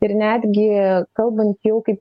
ir netgi kalbant jau kaip